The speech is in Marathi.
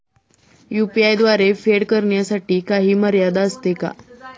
यु.पी.आय द्वारे फेड करण्यासाठी काही मर्यादा असते का?